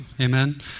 amen